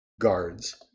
guards